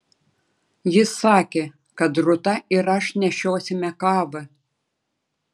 jis sakė kad rūta ir aš nešiosime kavą